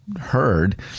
heard